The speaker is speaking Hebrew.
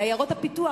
לעיירות הפיתוח.